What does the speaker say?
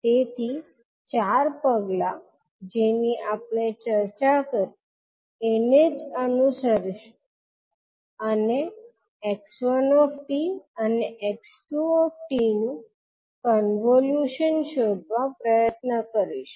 તેથી ચાર પગલા જેની આપણે ચર્ચા કરી એને જ અનુસરીશું અને 𝑥1𝑡 𝑥2𝑡 નું કોન્વોલ્યુશન શોધવા પ્રયત્ન કરીશું